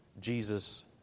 Jesus